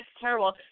terrible